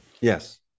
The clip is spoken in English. yes